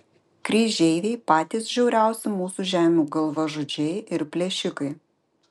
kryžeiviai patys žiauriausi mūsų žemių galvažudžiai ir plėšikai